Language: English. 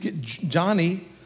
Johnny